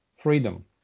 freedom